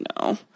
no